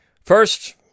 first